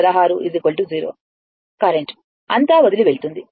current అంతా వదిలివెళ్తుంది